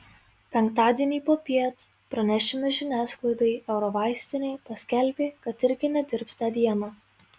penktadienį popiet pranešime žiniasklaidai eurovaistinė paskelbė kad irgi nedirbs tą dieną